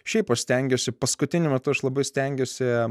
šiaip aš stengiuosi paskutiniu metu aš labai stengiuosi